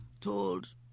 told